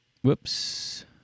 Whoops